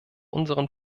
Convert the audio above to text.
unseren